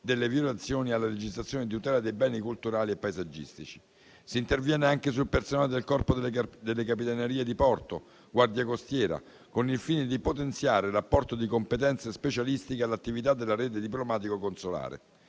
delle violazioni alla legislazione di tutela dei beni culturali e paesaggistici. Si interviene anche sul personale del Corpo delle capitanerie di porto e Guardia costiera, con il fine di potenziare l'apporto di competenze specialistiche all'attività della rete diplomatico-consolare.